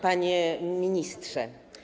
Panie Ministrze!